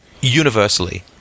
universally